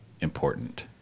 important